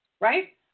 Right